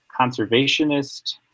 conservationist